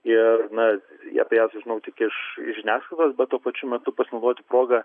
ir na apie ją sužinau tik iš žiniasklaidos bet tuo pačiu metu pasinaudoti proga